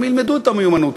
הם ילמדו את המיומנות.